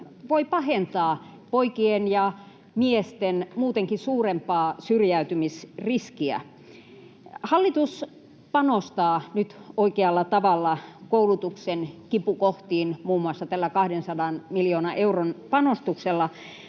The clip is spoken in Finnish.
voi pahentaa poikien ja miesten muutenkin suurempaa syrjäytymisriskiä. Hallitus panostaa nyt oikealla tavalla koulutuksen kipukohtiin, muun muassa tällä 200 miljoonan euron panostuksella,